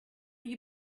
you